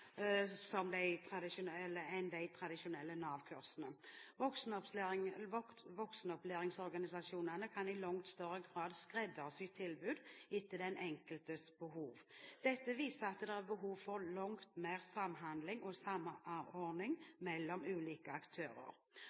enn de tradisjonelle Nav-kursene. Voksenopplæringsorganisasjonene kan i langt større grad skreddersy tilbud etter den enkeltes behov. Dette viser at det er behov for langt mer samhandling og samordning mellom ulike aktører.